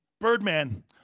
Birdman